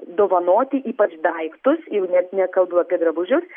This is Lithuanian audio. dovanoti ypač daiktus jau net nekalbu apie drabužius